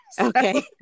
Okay